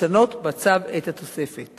לשנות בצו את התוספת.